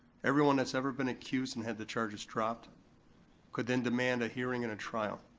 everyone that's ever been accused and had the charges dropped could then demand a hearing and a trial,